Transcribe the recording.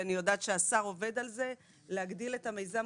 אני יודעת שהשר עובד על זה, להגדיל את המיזם.